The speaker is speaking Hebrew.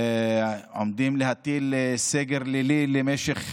עומדים להטיל סגר לילי למשך